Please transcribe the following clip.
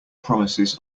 promises